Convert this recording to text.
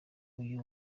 uyu